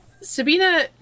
Sabina